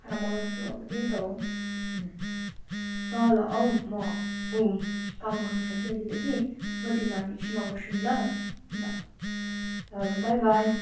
खाना बनाउँछु अब त्यही त हो अँ ल ल औ म अँ काम गर्नु छ कि अलिकति म तिमीलाई अहिले एकछिनमा गर्छु नि ल ल ल बाई बाई